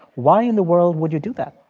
why in the world would you do that?